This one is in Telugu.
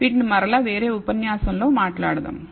వీటిని మరల వేరే ఉపన్యాసంలో మాట్లాడదాం